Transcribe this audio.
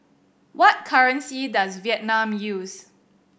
what currency does Vietnam use